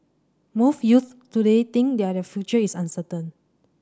most youths today think their future is uncertain